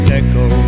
echo